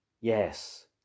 yes